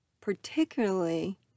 particularly